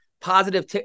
positive